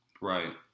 Right